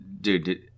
dude